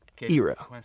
era